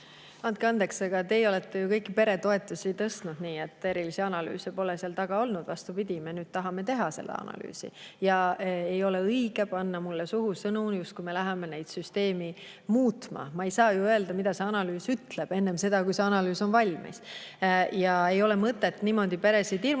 Andke andeks, aga teie olete ju kõiki peretoetusi tõstnud nii, et erilisi analüüse pole seal taga olnud. Vastupidi, me nüüd tahame teha analüüsi. Ei ole õige panna mulle suhu sõnu, justkui me läheme süsteemi muutma. Ma ei saa öelda, mida see analüüs ütleb, enne seda, kui see analüüs on valmis. Ei ole mõtet niimoodi peresid hirmutada.